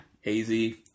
Hazy